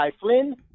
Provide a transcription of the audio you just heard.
Flynn